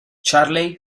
charlie